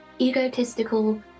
egotistical